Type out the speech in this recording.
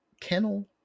Kennel